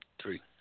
three